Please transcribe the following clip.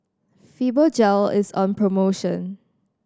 fibogel is on promotion